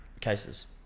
cases